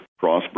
Crossbreed